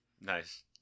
Nice